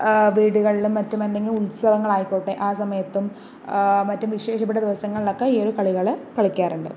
വീടുകളിലും മറ്റും എന്തെങ്കിലും ഉത്സവങ്ങളായിക്കോട്ടെ ആ സമയത്തും മറ്റു വിശേഷപ്പെട്ട ദിവസങ്ങളിലുമൊക്കെ ഈ ഒരു കളികൾ കളിക്കാറുണ്ട്